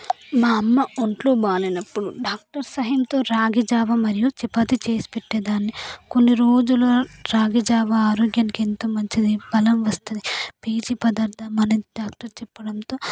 మా అమ్మ ఒంట్లో బాగాలేనప్పుడు డాక్టర్ సహాయంతో రాగిజావ మరియు చపాతి చేసి పెట్టేదాన్నీ కొన్ని రోజులు రాగి జావ ఆరోగ్యానికి ఎంతో మంచిది బలం వస్తుంది పీచు పదార్థం అని డాక్టర్ చెప్పడంతో